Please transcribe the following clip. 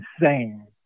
insane